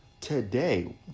today